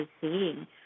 seeing